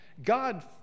God